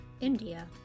India